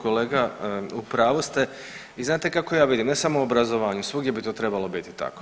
Kolega u pravu ste i znate kako ja vidim ne samo u obrazovanju svugdje bi to trebalo biti tako.